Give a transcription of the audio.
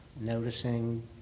noticing